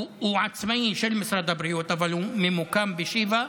הוא עצמאי, של משרד הבריאות, אבל הוא ממוקם בשיבא.